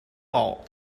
all